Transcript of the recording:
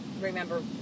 remember